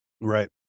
Right